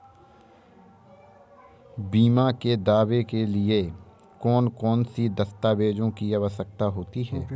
बीमा के दावे के लिए कौन कौन सी दस्तावेजों की जरूरत होती है?